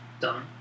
done